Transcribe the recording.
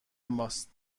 ماست